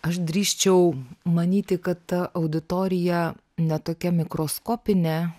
aš drįsčiau manyti kad ta auditorija ne tokia mikroskopinė